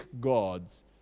gods